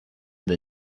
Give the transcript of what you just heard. the